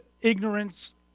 ignorance